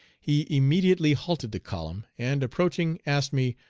he immediately halted the column, and, approaching, asked me,